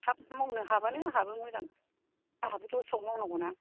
थाब मावनो हाबानो आंहाबो मोजां आंहाबो दस्रायाव मावनांगौ ना